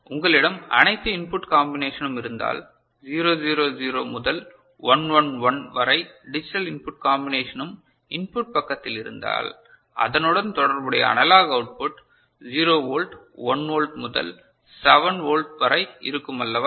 உங்களிடம் அனைத்து இன்புட் காம்பினேஷனும் இருந்தால் 0 0 0 முதல் 1 1 1 வரை டிஜிட்டல் இன்புட் காம்பினேஷனும் இன்புட் பக்கத்தில் இருந்தால் அதனுடன் தொடர்புடைய அனலாக் அவுட்புட் 0 வோல்ட் 1 வோல்ட் முதல் 7 வோல்ட் வரை இருக்கும் அல்லவா